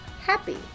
happy